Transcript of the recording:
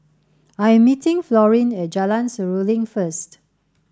I am meeting Florine at Jalan Seruling first